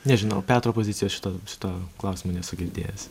nežinau petro pozicijos šituo šituo klausimu nesu girdėjęs